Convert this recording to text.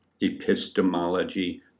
epistemology